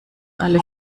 alle